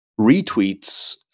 retweets